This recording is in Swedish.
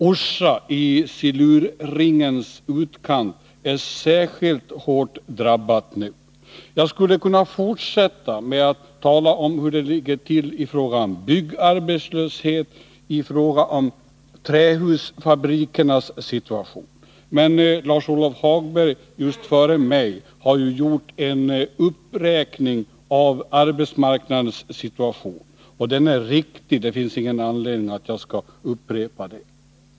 Orsa i silurringens utkant är särskilt hårt drabbat. Jag skulle kunna fortsätta med att tala om hur det ligger till i fråga om byggarbetslösheten och om trähusfabrikernas situation. Men Lars-Ove Hagberg har ju före mitt anförande gjort en uppräkning när det gäller arbetsmarknadssituationen, och eftersom den är riktig finns det ingen anledning för mig att upprepa den.